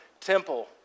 temple